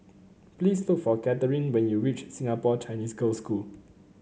please look for Katherin when you reach Singapore Chinese Girls' School